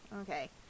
Okay